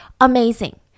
amazing